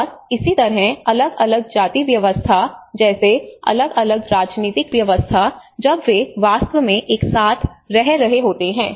और इसी तरह अलग अलग जाति व्यवस्था जैसे अलग अलग राजनीतिक व्यवस्था जब वे वास्तव में एक साथ रह रहे होते हैं